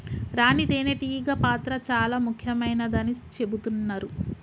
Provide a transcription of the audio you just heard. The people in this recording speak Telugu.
రాణి తేనే టీగ పాత్ర చాల ముఖ్యమైనదని చెబుతున్నరు